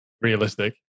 realistic